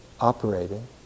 operating